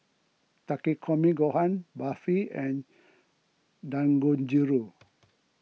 Takikomi Gohan Barfi and Dangojiru